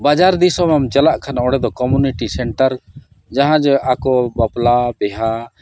ᱵᱟᱡᱟᱨ ᱫᱤᱥᱚᱢᱮᱢ ᱪᱟᱞᱟᱜ ᱠᱷᱟᱱ ᱚᱸᱰᱮ ᱫᱚ ᱠᱚᱢᱤᱱᱤᱴᱤ ᱥᱮᱱᱴᱟᱨ ᱡᱟᱦᱟᱸ ᱡᱮ ᱟᱠᱚ ᱵᱟᱯᱞᱟ ᱵᱤᱦᱟ